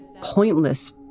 pointless